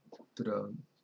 to the